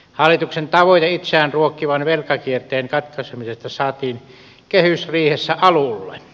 hallituksen tavoite itseään ruokkivan velkakierteen katkaisemisesta saatiin kehysriihessä alulle